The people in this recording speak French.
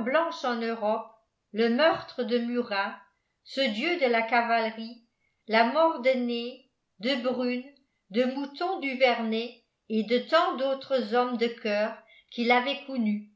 blanche en europe le meurtre de murat ce dieu de la cavalerie la mort de ney de brune de mouton duvernet et de tant d'autres hommes de coeur qu'il avait connus